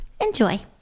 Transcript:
enjoy